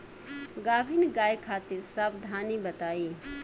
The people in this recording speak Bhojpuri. गाभिन गाय खातिर सावधानी बताई?